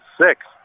six